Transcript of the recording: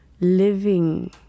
living